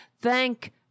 Thank